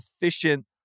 efficient